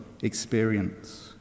experience